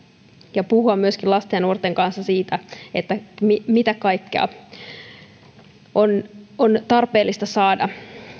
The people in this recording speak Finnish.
ja puhua myöskin lasten ja nuorten kanssa siitä mitä kaikkea on tarpeellista saada